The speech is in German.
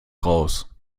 raus